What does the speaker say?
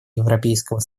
европейского